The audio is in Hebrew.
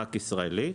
רק ישראלית.